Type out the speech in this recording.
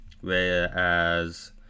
whereas